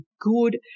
good